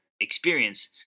experience